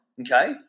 okay